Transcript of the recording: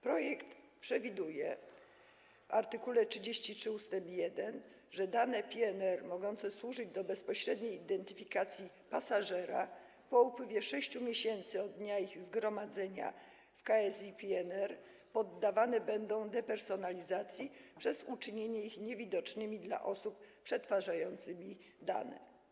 Projekt przewiduje w art. 33 ust. 1, że dane PNR mogące służyć do bezpośredniej identyfikacji pasażera po upływie 6 miesięcy od dnia ich zgromadzenia w KSI PNR poddawane będą depersonalizacji przez uczynienie ich niewidocznymi dla osób przetwarzających te dane.